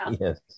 Yes